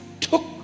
took